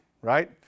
right